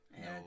no